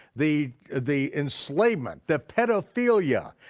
the the enslavement, the pedophilia,